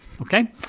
Okay